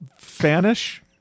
Vanish